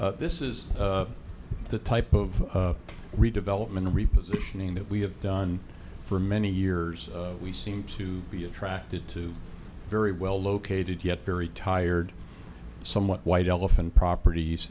group this is the type of redevelopment repositioning that we have done for many years we seem to be attracted to very well located yet very tired somewhat white elephant properties